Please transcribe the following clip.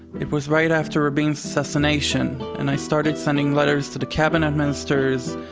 it was right after rabin's assassination, and i started sending letters to the cabinet ministers,